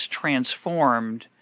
transformed